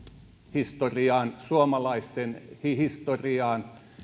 historiaan suomalaisten historiaan